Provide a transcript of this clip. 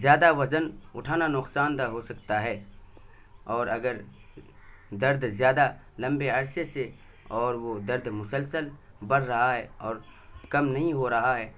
زیادہ وزن اٹھانا نقصان دہ ہو سکتا ہے اور اگر درد زیادہ لمبے عرصے سے اور وہ درد مسلسل بڑھ رہا ہے اور کم نہیں ہو رہا ہے